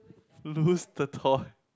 lose the toy